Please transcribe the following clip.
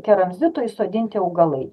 keramzitu įsodinti augalai